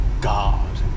God